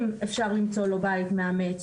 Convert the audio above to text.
אם אפשר למצוא לו בית מאמץ,